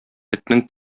этнең